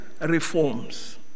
reforms